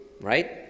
right